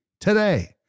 today